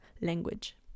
language